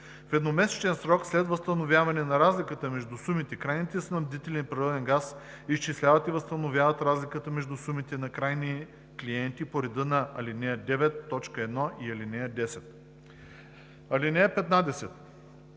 В едномесечен срок след възстановяване на разликата между сумите крайните снабдители на природен газ изчисляват и възстановяват разликата между сумите на крайни клиенти по реда на ал. 9, т. 1 и ал. 10. (15)